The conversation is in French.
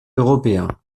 européen